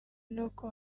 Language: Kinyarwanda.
n’uko